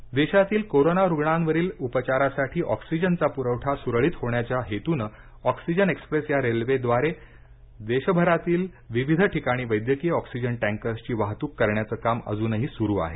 oxygen देशातील कोरोना रुग्णांवरील उपचारासाठी ऑक्सिजनचा पुरवठा सुरळीत होण्याच्या हेतूनं ऑक्सिजन एक्सप्रेस या रेल्वेसेवेद्वारे देशभरातील विविध ठिकाणी वैद्यकीय ऑक्सिजन टँकर्सची वाहतूक करण्याचं काम अजूनही सुरु आहे